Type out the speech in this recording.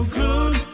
good